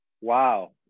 Wow